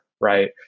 right